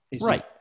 Right